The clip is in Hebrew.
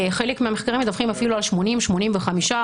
חלק מהמחקרים מדווחים אפילו על 80% 85%